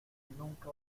nunca